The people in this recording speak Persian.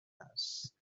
است